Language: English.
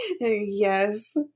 Yes